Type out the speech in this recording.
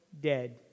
dead